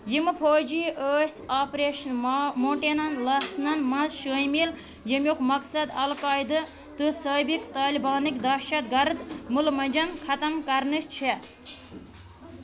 یِمہٕ فوٗجی ٲسۍ آپریشن ما موٹینن لاسنن منٛز شٲمِل ییٚمیُک مقصد القاعِدہ تہٕ سٲبق طالِبانٕکہِ دٔہشت گرٕد مُلہٕ مۄنٛجن ختٕم کرنہٕ چھےٚ